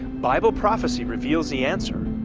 bible prophecy reveals the answer.